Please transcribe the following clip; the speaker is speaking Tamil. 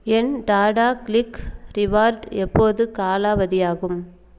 என் டாடாகிளிக் ரிவார்டு எப்போது காலாவதியாகும்